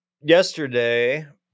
Yesterday